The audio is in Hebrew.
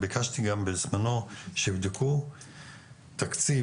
ביקשתי גם בזמנו שיבדקו תקציב,